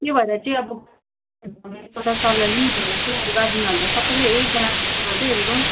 त्यो भएर चाहिँ अब एउटा सल्लाह लिउँ भनेर चाहिँ अब गार्जेनहरूलाई सबैलाई एक एकजना गरको